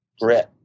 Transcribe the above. grit